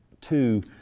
two